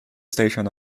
station